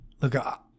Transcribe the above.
Look